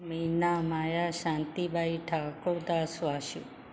Meena Maya Shantibai Thakurdas Suhas